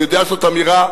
אני יודע שזאת אמירה,